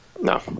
No